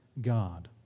God